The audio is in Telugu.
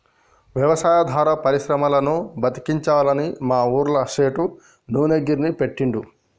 వ్యవసాయాధార పరిశ్రమలను బతికించాలని మా ఊళ్ళ సేటు నూనె గిర్నీ పెట్టిండు